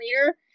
later